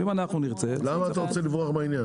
ואם אנחנו נרצה --- למה אתה רוצה לברוח מהעניין?